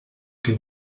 que